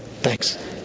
Thanks